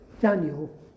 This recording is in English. Daniel